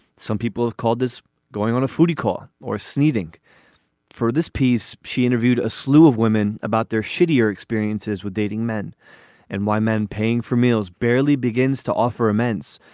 some people have called this going on a foodie call or sneezing for this piece. she interviewed a slew of women about their shittier experiences with dating men and why men paying for meals barely begins to offer a men's.